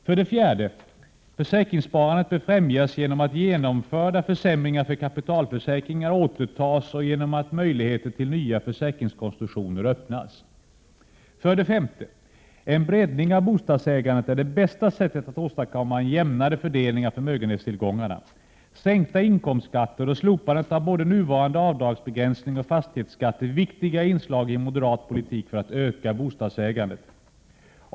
För det fjärde bör försäkringssparandet främjas genom att genomförda försämringar för kapitalförsäkringar återtas och genom att möjligheter till nya försäkringskonstruktioner öppnas. För det femte är en breddning av bostadsägandet det bästa sättet att åstadkomma en jämnare fördelning av förmögenhetstillgångarna. Sänkta inkomstskatter och slopandet av både nuvarande avdragsbegränsning och fastighetsskatt är viktiga inslag i en moderat politik för att öka bostadsägandet.